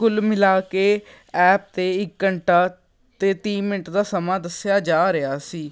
ਕੁਲ ਮਿਲਾ ਕੇ ਐਪ 'ਤੇ ਇਕ ਘੰਟਾ ਅਤੇ ਤੀਹ ਮਿੰਟ ਦਾ ਸਮਾਂ ਦੱਸਿਆ ਜਾ ਰਿਹਾ ਸੀ